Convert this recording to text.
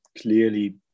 clearly